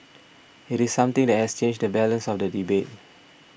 it is something that has changed the balance of the debate